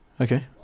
Okay